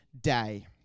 day